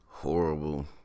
Horrible